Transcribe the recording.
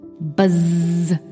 buzz